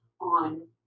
on